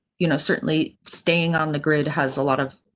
you know, certainly staying on the grid has a lot of.